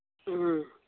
ꯎꯝ